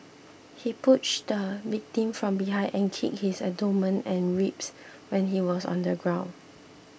he pushed the victim from behind and kicked his abdomen and ribs when he was on the ground